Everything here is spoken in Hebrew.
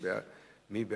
מי בעד?